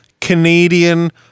Canadian